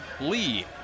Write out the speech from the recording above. Lee